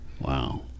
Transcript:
Wow